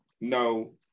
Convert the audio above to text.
No